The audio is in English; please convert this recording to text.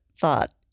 thought